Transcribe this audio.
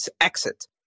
exit